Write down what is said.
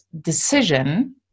decision